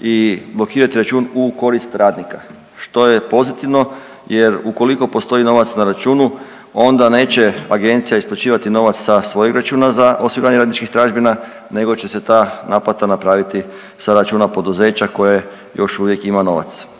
i blokirati račun u korist radnika što je pozitivno jer ukoliko postoji novac na računu onda neće agencija isplaćivati novac sa svojeg računa za osiguranje radničkih tražbina nego će se ta naplata napraviti sa računa poduzeća koje još uvijek ima novac